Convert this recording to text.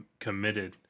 committed